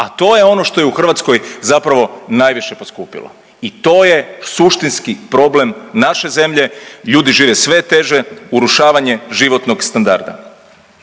a to je ono što je u Hrvatskoj zapravo najviše poskupilo i to je suštinski problem naše zemlje, ljudi žive sve teže, urušavanje životnog standarda.